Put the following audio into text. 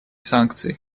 санкций